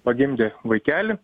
pagimdė vaikelį